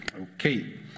okay